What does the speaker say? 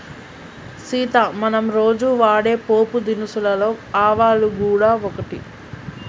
సీత మనం రోజు వాడే పోపు దినుసులలో ఆవాలు గూడ ఒకటి